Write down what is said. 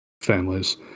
families